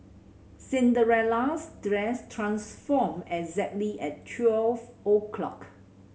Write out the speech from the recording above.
Cinderella's dress transformed exactly at twelve o'clock